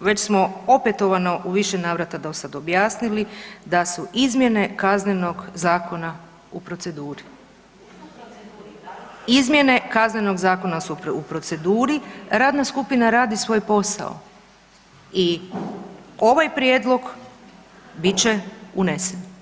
već smo opetovano u više navrata dosad objasnili, da su izmjene Kaznenog zakona u proceduri ... [[Upadica se ne čuje.]] izmjene Kaznenog zakona su u proceduri, radna skupina radi svoj posao i ovaj prijedlog bit će unesen.